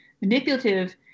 manipulative